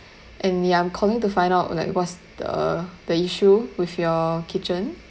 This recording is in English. and then I am calling to find out like what's the the issue with your kitchen